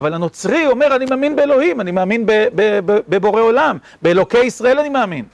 אבל הנוצרי אומר, אני מאמין באלוהים, אני מאמין בבורא עולם, באלוקי ישראל אני מאמין.